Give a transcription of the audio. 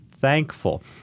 thankful